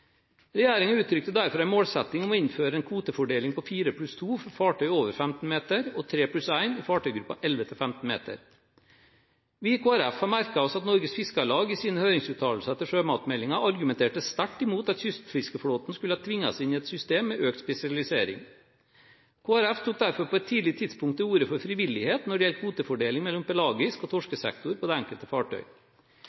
Regjeringen uttrykte derfor en målsetting om å innføre en kvotefordeling på 4+2 for fartøy over 15 meter og 3+1 i fartøygruppen 11–15 meter. Vi i Kristelig Folkeparti har merket oss at Norges Fiskarlag i sine høringsuttalelser til sjømatmeldingen argumenterte sterkt imot at kystfiskeflåten skulle tvinges inn i et system med økt spesialisering. Kristelig Folkeparti tok derfor på et tidlig tidspunkt til orde for frivillighet for det enkelte fartøy når det gjelder kvotefordeling mellom pelagisk sektor og